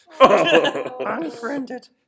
Unfriended